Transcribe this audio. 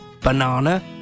banana